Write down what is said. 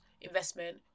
investment